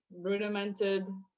rudimented